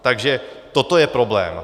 Takže toto je problém.